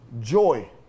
Joy